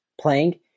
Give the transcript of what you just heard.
playing